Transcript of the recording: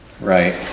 right